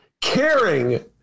caring